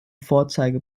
vorzeige